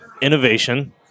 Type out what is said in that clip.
innovation